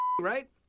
right